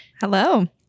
Hello